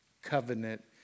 covenant